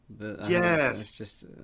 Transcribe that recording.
Yes